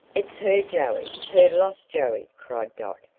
it's her joey her lost joey! cried dot,